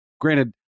Granted